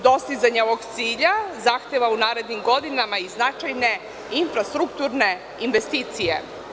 Dostizanje ovog cilja zahteva u narednim godinama i značajne infrastrukturne investicije.